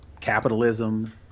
capitalism